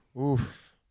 Oof